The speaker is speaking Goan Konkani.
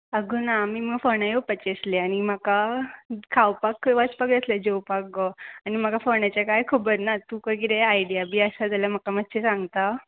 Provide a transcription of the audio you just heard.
आगो ना आमी फोंड्या येवपाची आसले आनी म्हाका खावपाक खंय वचपाक जाय आसले जेवपाक गो आनी म्हाका फोंड्याचें कांय खबर ना तुका किदें आयडिया बी आसा जाल्यार म्हाका मातशें सांगता